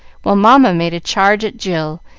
while mamma made a charge at jill,